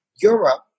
Europe